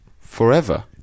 forever